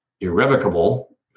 irrevocable